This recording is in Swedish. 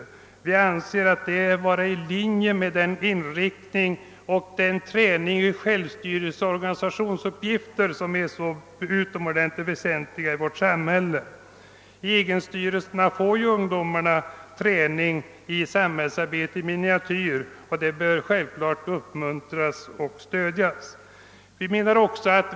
Enligt vår mening skulle detta ligga i linje med inriktningen på och träningen med organisationernas självstyrelse som är så utomordentligt väsentlig. Vid självstyrelse får ju ungdomarna träning i samhällsarbete i miniatyr och sådant bör självfallet uppmuntras och stödjas.